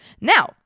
Now